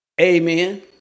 Amen